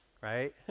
right